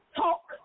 talk